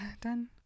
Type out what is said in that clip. done